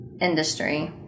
industry